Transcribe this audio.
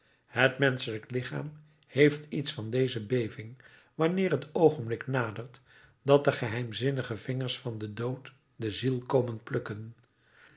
het menschelijk lichaam heeft iets van deze beving wanneer t oogenblik nadert dat de geheimzinnige vingers van den dood de ziel komen plukken